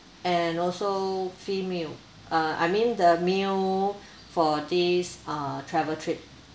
and also free meal uh I mean the meal for days uh travel trip